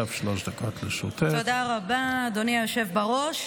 תודה רבה, אדוני היושב בראש.